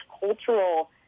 cultural